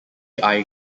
eye